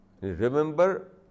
Remember